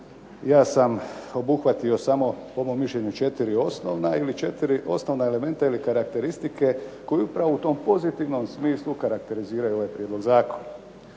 ja sam obuhvatio samo po mom mišljenju 4 osnovna ili 4 osnovna elementa ili karakteristike koji upravo u tom pozitivnom smislu karakteriziraju ovaj prijedlog zakona.